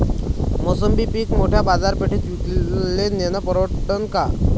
मोसंबी पीक मोठ्या बाजारपेठेत विकाले नेनं परवडन का?